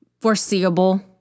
foreseeable